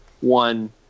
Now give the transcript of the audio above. one